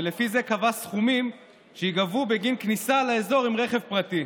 ולפי זה קבע סכומים שייגבו בגין כניסה לאזור עם רכב פרטי.